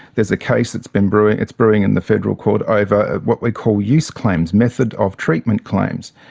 there's a case that's been brewing, it's brewing in the federal court over what we call use claims, method of treatment claims.